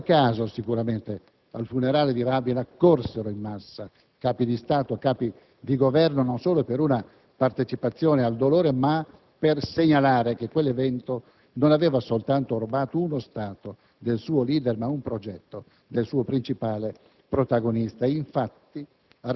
Non a caso, sicuramente, al funerale di Rabin accorsero in massa Capi di Stato e di Governo, non solo per una partecipazione al dolore, ma anche per segnalare che quell'evento non aveva soltanto derubato uno Stato del suo *leader*, ma anche un progetto del suo principale protagonista.